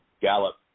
Gallup